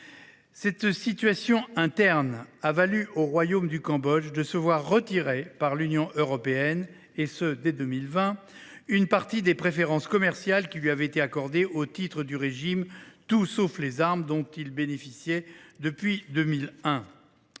Cette situation interne a valu au royaume du Cambodge de se voir retirer par l’Union européenne, dès 2020, une partie des préférences commerciales qui lui avaient été accordées au titre du régime « Tout sauf les armes » (TSA), dont il bénéficiait depuis 2001.